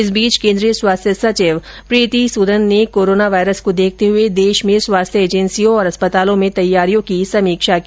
इस बीच केंद्रीय स्वास्थ्य सचिव प्रीति सूदन ने कोरोना वायरस को देखते हुए देश में स्वास्थ्य एजेंसियों और अस्पतालों में तैयारी की समीक्षा की